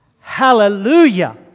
hallelujah